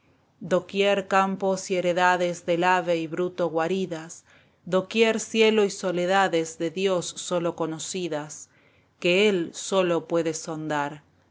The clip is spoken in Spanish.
doquier campos y heredades del ave y bruto guaridas doquier cielo y soledades de dios sólo conocidas que él sólo puede sondar